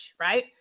right